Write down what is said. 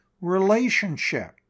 relationship